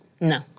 No